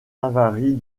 avaries